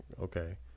Okay